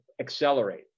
accelerate